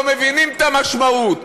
לא מבינים את המשמעות,